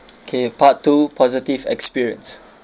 okay part two positive experience